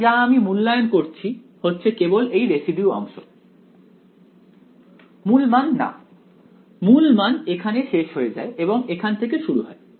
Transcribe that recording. তাই যা আমি মূল্যায়ন করছি হচ্ছে কেবল এই রেসিডিউ অংশ মূল মান না মূল মান এখানে শেষ হয়ে যায় এবং এখান থেকে শুরু হয়